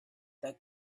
that